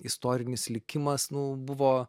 istorinis likimas nu buvo